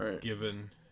Given